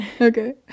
okay